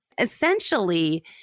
Essentially